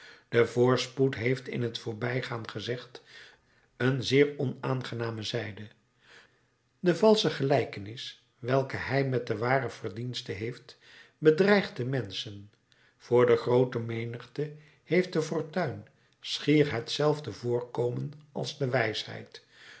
de voorspoed heeft in t voorbijgaan gezegd een zeer onaangename zijde de valsche gelijkenis welke hij met de ware verdienste heeft bedriegt de menschen voor de groote menigte heeft de fortuin schier hetzelfde voorkomen als de wijsheid